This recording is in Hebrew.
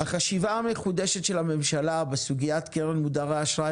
החשיבה המחודשת של הממשלה בסוגיית קרן מודרי אשראי